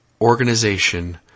organization